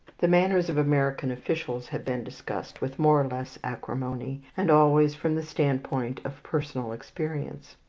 the manners of american officials have been discussed with more or less acrimony, and always from the standpoint of personal experience.